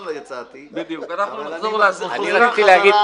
רציתי להגיד,